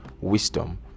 wisdom